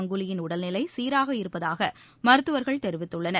கங்குலியின் உடல்நிலை சீராக இருப்பதாக மருத்துவர்கள் தெரிவித்துள்ளனர்